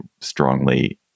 strongly